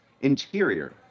Interior